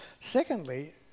Secondly